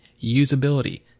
usability